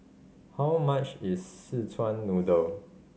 how much is Szechuan Noodle